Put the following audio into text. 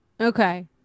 Okay